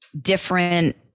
different